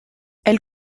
elle